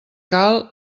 cal